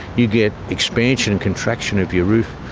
you get expansion and contraction of your roof.